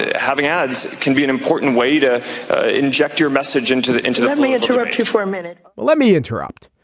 having ads can be an important way to inject your message into the into let me interrupt you for a minute let me interrupt.